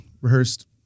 rehearsed